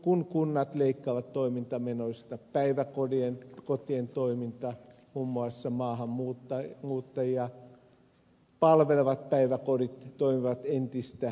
kun kunnat leikkaavat toimintamenoista päiväkotien toiminnasta muun muassa maahanmuuttajia palvelevat päiväkodit toimivat entistä huonommin